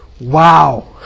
wow